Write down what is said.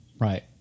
Right